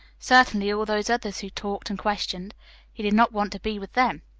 certainly all those others who talked and questioned he did not want to be with them.